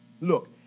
look